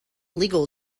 legal